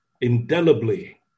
indelibly